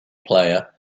player